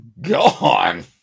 gone